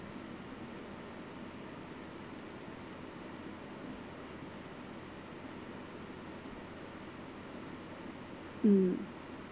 hmm